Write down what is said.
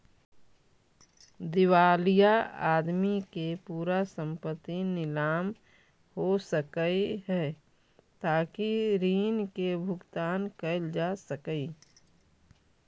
दिवालिया आदमी के पूरा संपत्ति नीलाम हो सकऽ हई ताकि ऋण के भुगतान कैल जा सकई